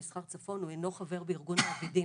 המסחר צפון הוא אינו חבר בארגון מעבידים.